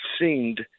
seemed